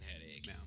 headache